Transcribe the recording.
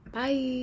Bye